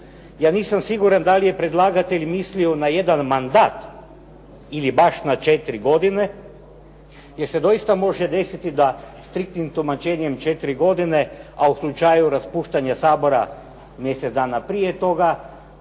Ja nisam siguran da li je predlagatelj mislio na jedan mandat ili baš na četiri godine jer se doista može desiti da striktnim tumačenjem četiri godine a u slučaju raspuštanja Sabora mjesec danas prije toga